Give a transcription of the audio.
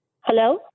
Hello